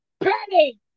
Penny